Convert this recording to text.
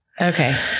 Okay